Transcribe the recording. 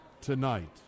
tonight